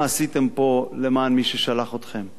מה עשיתם פה למען מי ששלח אתכם.